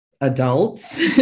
adults